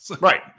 Right